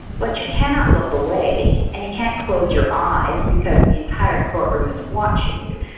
but you cannot look away and you can't close your eyes, because the entire courtroom is watching you.